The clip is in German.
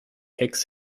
hex